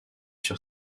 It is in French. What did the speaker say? sur